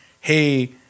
hey